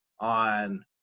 on